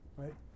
right